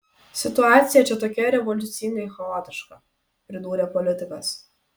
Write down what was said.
situacija čia tokia revoliucingai chaotiška pridūrė politikas